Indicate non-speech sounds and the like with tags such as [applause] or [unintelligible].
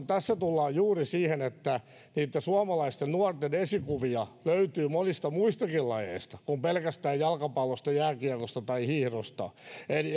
[unintelligible] tässä tullaan juuri siihen että suomalaisten nuorten esikuvia löytyy monista muistakin lajeista kuin pelkästään jalkapallosta jääkiekosta tai hiihdosta